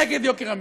נגד יוקר המחיה,